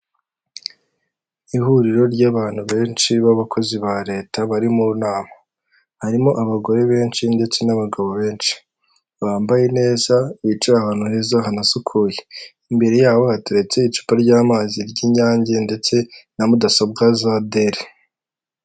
Akabutike gahagarariye emutiyeni Rwanda gacuruza amayinite amakarita amasimukadi gashobora no kugufasha kuri serivisi z'indi wawukenera kuri emutiyeni mobayire mani iyi nikiyoswe ushobora gusangamo serivisi za emutiyeni muga mobayire mani.